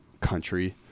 country